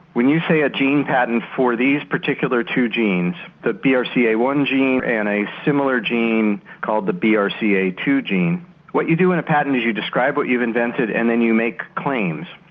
when you say a gene patent for these particular two genes the b r c a one gene and a similar gene called the b r c a two gene what you do in a patent is you describe what you have invented and then you make claims.